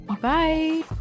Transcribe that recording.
bye